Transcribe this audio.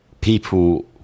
people